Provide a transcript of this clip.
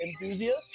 enthusiast